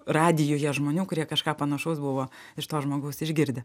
radijuje žmonių kurie kažką panašaus buvo iš to žmogaus išgirdę